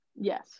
Yes